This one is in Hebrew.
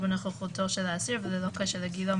בנוכחותו של האסיר וללא כל קשר לגילו,